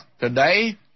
today